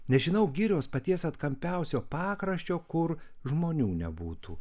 nežinau girios paties atkampiausio pakraščio kur žmonių nebūtų